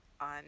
on